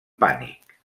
pànic